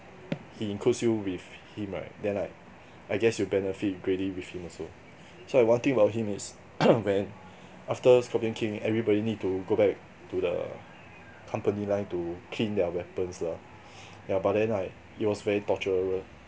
he includes you with him right then like I guess you benefit greatly with him also so like one thing about him is when after scorpion king everybody need to go back to the company line to clean their weapons lah ya but then like it was very torturous